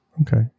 Okay